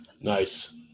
Nice